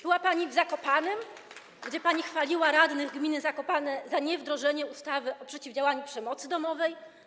Była pani w Zakopanem, gdzie pani chwaliła radnych gminy Zakopane za niewdrożenie ustawy o przeciwdziałaniu przemocy domowej.